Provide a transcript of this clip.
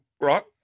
Right